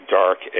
dark